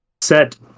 set